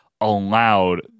allowed